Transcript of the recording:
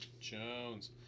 Jones